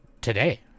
Today